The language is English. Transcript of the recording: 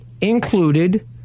included